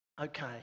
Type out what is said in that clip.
Okay